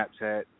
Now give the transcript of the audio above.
Snapchat